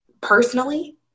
personally